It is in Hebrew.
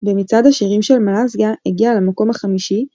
במצעד השירים של מלזיה הגיע למקום החמישי,